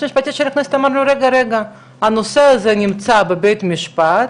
המשפטי בוועדות אמר לנו שהנושא הזה נמצא בבית משפט,